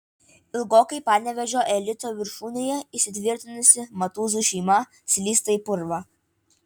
ilgokai panevėžio elito viršūnėje įsitvirtinusi matuzų šeima slysta į purvą